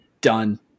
done